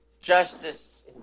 justice